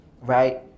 right